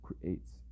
creates